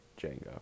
Django